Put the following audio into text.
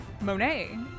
Monet